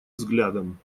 взглядом